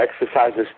exercises